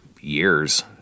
years